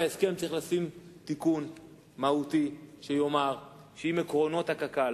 בהסכם צריך לשים תיקון מהותי שיאמר שאם עקרונות קק"ל